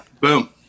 boom